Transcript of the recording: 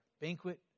banquet